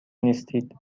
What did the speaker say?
نیستید